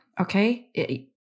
okay